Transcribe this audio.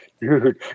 Dude